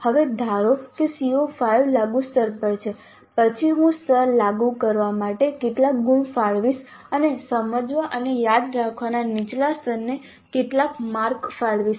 હવે ધારો કે CO5 લાગુ સ્તર પર છે પછી હું સ્તર લાગુ કરવા માટે કેટલા ગુણ ફાળવીશ અને સમજવા અને યાદ રાખવાના નીચલા સ્તરને કેટલા માર્ક્સ ફાળવીશ